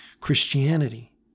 Christianity